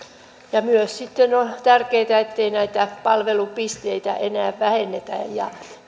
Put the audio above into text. on myös tärkeätä ettei näitä palvelupisteitä enää vähennetä ja